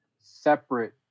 separate